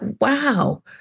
wow